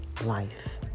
life